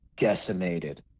decimated